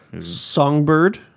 Songbird